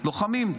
לוחמים.